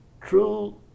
true